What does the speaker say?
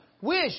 wish